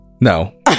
No